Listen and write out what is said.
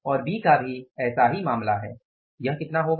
और बी का भी ऐसा ही मामला है यह कितना होगा